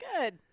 good